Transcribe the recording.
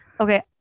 Okay